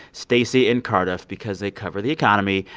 stacey and cardiff, because they cover the economy,